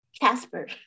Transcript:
Casper